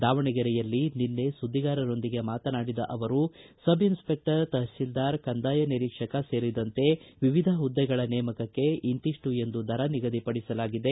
ದಾವಣಗೆರೆಯಲ್ಲಿ ನಿನ್ನೆ ಸುದ್ದಿಗಾರರೊಂದಿಗೆ ಮಾತನಾಡಿದ ಅವರು ಸಬ್ಇನ್ಸಪೆಕ್ಟರ್ ತಹಸೀಲ್ದಾರ್ ಕಂದಾಯ ನಿರೀಕ್ಷಕ ಸೇರಿದಂತೆ ವಿವಿಧ ಹುದ್ದೆಗಳ ನೇಮಕಕ್ಕೆ ಇಂತಿಷ್ಟು ಎಂದು ದರ ನಿಗದಿಪಡಿಸಲಾಗಿದೆ